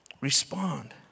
respond